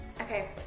Okay